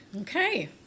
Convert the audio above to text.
okay